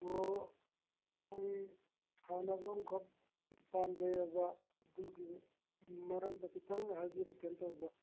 ꯑꯣ ꯑꯩ ꯁꯥꯟꯅꯕ ꯈꯣꯠꯄ ꯄꯥꯝꯖꯩ ꯑꯗ ꯑꯗꯨꯒꯤ ꯃꯔꯝꯗ ꯈꯤꯇꯪ ꯍꯥꯏꯕꯤꯔꯛꯀꯦꯅ ꯇꯧꯕ